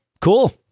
cool